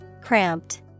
cramped